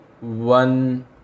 one